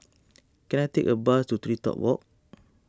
can I take a bus to TreeTop Walk